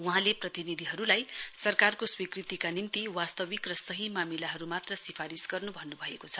वहाँले प्रतिनिधिहरुलाई सरकारको स्वीकृतिका निम्ति वास्तविक र सही मामिलाहरु मात्र सिफारिश गर्नु भन्नुभएको छ